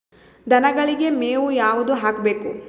ದನಗಳಿಗೆ ಮೇವು ಯಾವುದು ಹಾಕ್ಬೇಕು?